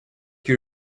you